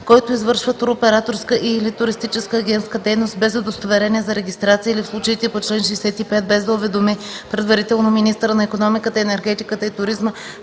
Който извършва туроператорска и/или туристическа агентска дейност, без удостоверение за регистрация, или в случаите по чл. 65 – без да уведоми предварително министъра на икономиката, енергетиката и туризма,